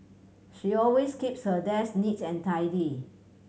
she always keeps her desk neat and tidy